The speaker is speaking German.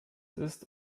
ist